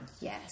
Yes